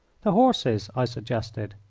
the horses, i suggested.